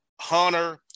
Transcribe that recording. Hunter